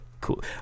cool